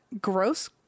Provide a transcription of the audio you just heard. gross